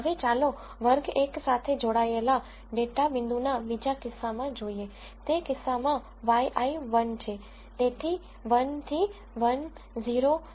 હવે ચાલો વર્ગ 1 સાથે જોડાયેલા ડેટા પોઇન્ટના બીજા કિસ્સામાં જોઈએ તે કિસ્સામાં yi 1 છે તેથી 1 1 0 છે